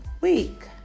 week